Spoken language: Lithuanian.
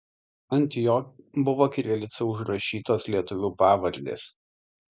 ant jo buvo kirilica užrašytos lietuvių pavardės